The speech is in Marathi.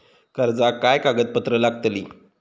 कर्जाक काय कागदपत्र लागतली?